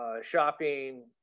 shopping